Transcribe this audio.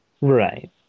Right